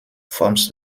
forms